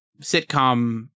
sitcom